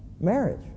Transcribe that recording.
marriage